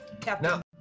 captain